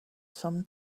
some